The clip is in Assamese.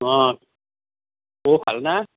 অঁ অ' ভালনে